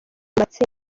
matsinda